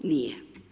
Nije.